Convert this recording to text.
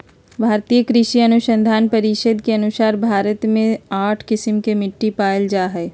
भारतीय कृषि अनुसंधान परिसद के अनुसार भारत मे आठ किस्म के मिट्टी पाल जा हइ